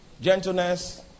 Gentleness